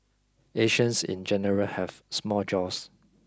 Asians in general have small jaws